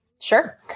Sure